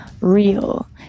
real